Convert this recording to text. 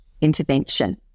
intervention